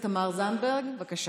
תמר זנדברג, בבקשה.